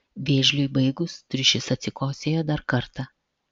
vėžliui baigus triušis atsikosėjo dar kartą